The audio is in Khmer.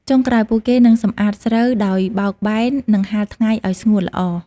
ចុងក្រោយ ពួកគេនឹងសំអាតស្រូវដោយបោកបែន និងហាលថ្ងៃឱ្យស្ងួតល្អ។